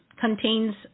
contains